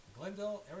Glendale